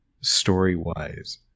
story-wise